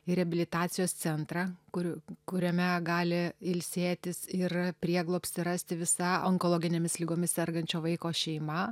ir reabilitacijos centrą kur kuriame gali ilsėtis ir prieglobstį rasti visa onkologinėmis ligomis sergančio vaiko šeima